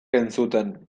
entzuten